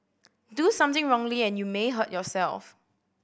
do something wrongly and you may hurt yourself